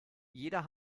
jeder